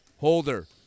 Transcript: Holder